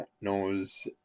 knows